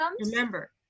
remember